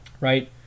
right